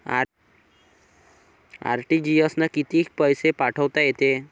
RTGS न कितीक पैसे पाठवता येते?